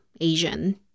asian